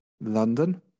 London